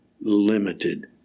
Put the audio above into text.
limited